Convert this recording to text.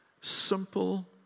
Simple